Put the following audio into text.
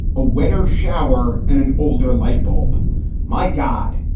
a wetter shower and an older light bulb my god,